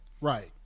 Right